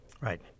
Right